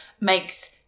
Makes